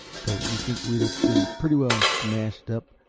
don't you think we'd have been pretty well smashed up,